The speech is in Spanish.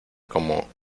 como